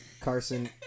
Carson